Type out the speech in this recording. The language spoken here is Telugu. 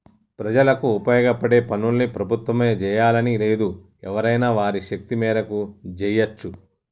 ప్రజలకు ఉపయోగపడే పనుల్ని ప్రభుత్వమే జెయ్యాలని లేదు ఎవరైనా వారి శక్తి మేరకు జెయ్యచ్చు